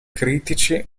critici